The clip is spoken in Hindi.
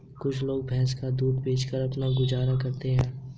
कुछ लोग भैंस का दूध बेचकर अपना गुजारा करते हैं